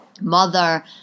mother